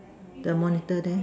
the monitor there